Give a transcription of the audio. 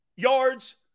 Yards